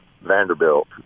Vanderbilt